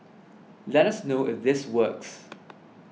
let us know if this works